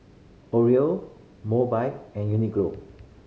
Oreo Mobike and